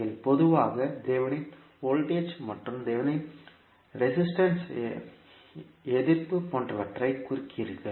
நீங்கள் பொதுவாக Thevenin voltage மற்றும் தெவெனின் ரெஸிஸ்டன்ட்ஸ் எதிர்ப்பு போன்றவற்றைக் குறிக்கிறீர்கள்